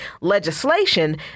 legislation